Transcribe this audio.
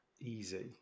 easy